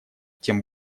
тем